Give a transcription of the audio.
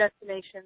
destination